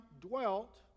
dwelt